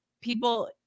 people